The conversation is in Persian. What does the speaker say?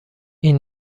این